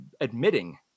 admitting